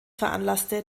veranlasste